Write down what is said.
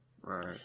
Right